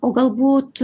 o galbūt